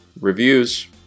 reviews